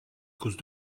cause